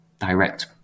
direct